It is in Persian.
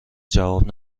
جواب